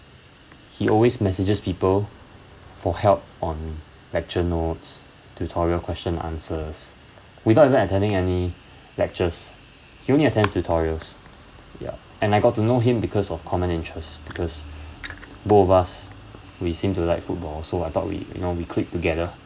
he always messages people for help on lecture notes tutorial question answers without even attending any lectures he only attends tutorials ya and I got to know him because of common interest because both of us we seem to like football so I thought we you know we clicked together